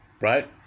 Right